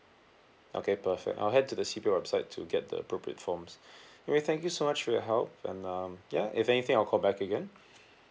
okay perfect I'll head to the website to get the appropriate forms okay thank you so much for your help and um ya if anything I'll call back again